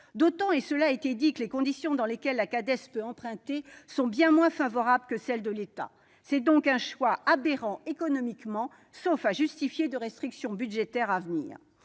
D'autant que, comme on l'a rappelé, les conditions dans lesquelles la Cades peut emprunter sont bien moins favorables que celles de l'État. C'est donc un choix aberrant économiquement, sauf à justifier de futures restrictions budgétaires. Alors